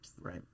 Right